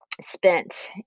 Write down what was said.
spent